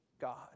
God